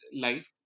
life